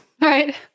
Right